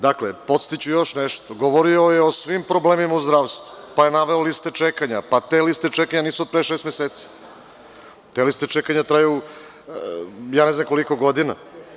Dakle, podsetiću još nešto, govorio je o svim problemima u zdravstvu, naveo liste čekanja, te liste nisu od pre šest meseci, te liste čekanja traju, ne znam koliko godina.